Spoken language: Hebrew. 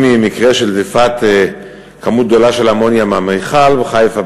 ממקרה של דליפת כמות גדולה של אמוניה מהמכל בחיפה,